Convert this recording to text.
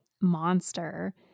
monster